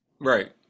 right